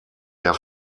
der